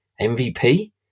MVP